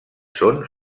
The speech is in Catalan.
són